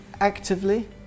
Actively